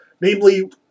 namely